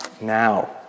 now